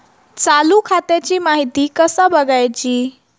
चालू खात्याची माहिती कसा बगायचा?